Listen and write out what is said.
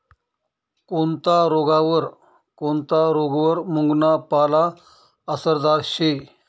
कोनता रोगवर मुंगना पाला आसरदार शे